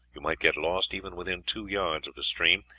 you might get lost even within two yards of the stream,